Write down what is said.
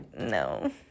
no